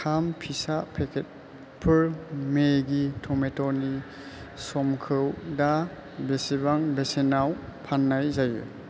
थाम फिसा पेकेटफोर मेगि टमेट'नि समखौ दा बेसेबां बेसेनाव फाननाय जायो